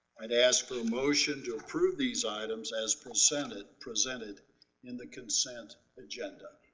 i'd ask for a motion to approve these items as presented presented in the consent agenda.